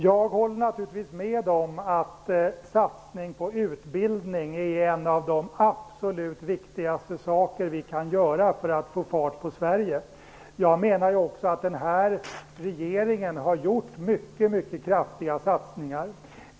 Jag håller naturligtvis med om att en satsning på utbildning är något av det absolut viktigaste som vi kan göra för att få fart på Sverige. Jag menar också att den här regeringen har genomfört mycket mycket kraftiga satsningar.